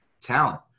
talent